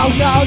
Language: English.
no